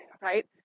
right